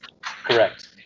Correct